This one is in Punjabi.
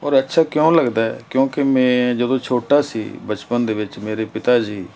ਔਰ ਅੱਛਾ ਕਿਉਂ ਲੱਗਦਾ ਕਿਉਂਕਿ ਮੈਂ ਜਦੋਂ ਛੋਟਾ ਸੀ ਬਚਪਨ ਦੇ ਵਿੱਚ ਮੇਰੇ ਪਿਤਾ ਜੀ